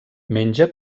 menja